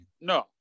No